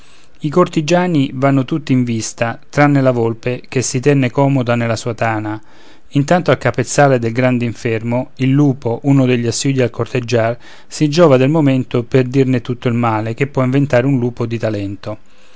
i cortigiani vanno tutti in visita tranne la volpe che si tenne comoda nella sua tana intanto al capezzale del grande infermo il lupo un degli assidui al corteggiar si giova del momento per dirne tutto il male che può inventare un lupo di talento